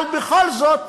אבל בכל זאת,